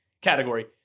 category